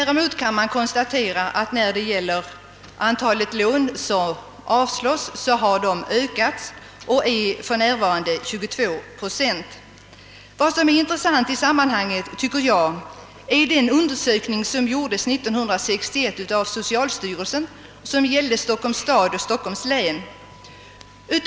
Däremot kan man konstatera att antalet låneframställningar som avslås har ökat och är för närvarande 22 procent. Vad som enligt min mening är intressant i detta sammanhang är den undersökning som gjordes 1961 av socialstyrelsen och som gällde Stockholms stad och län.